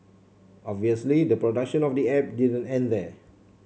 obviously the production of the app didn't end there